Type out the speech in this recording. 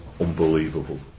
unbelievable